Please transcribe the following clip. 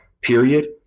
period